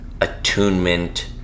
attunement